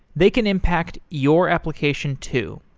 they can impact your application too.